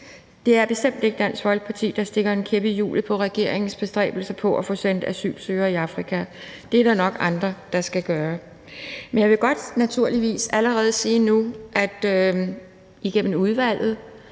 Det er bestemt ikke Dansk Folkeparti, der stikker en kæp i hjulet på regeringens bestræbelser på at få sendt asylsøgere til Afrika. Det er der nok andre der skal gøre. Men jeg vil naturligvis allerede godt nu sige, at der i udvalget